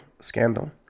scandal